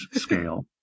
scale